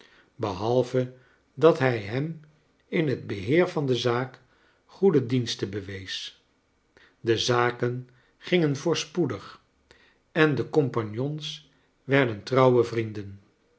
behalve dat hij hem in het beheer van de zaak goede diensten bewees de zaken gingen voorspoedig en de compagnons werden trouwe vrienden